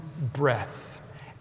breath